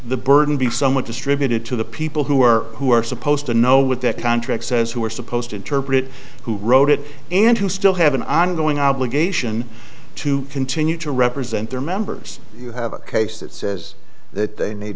the burden be somewhat distributed to the people who are who are supposed to know what their contract says who are supposed to interpret who wrote it and who still have an ongoing obligation to continue to represent their members you have a case that says that they need